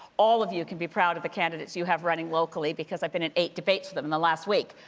all of you can be proud of the candidates you have running locally, because i've been in eight debates with them in the last week.